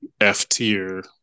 F-tier